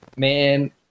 Man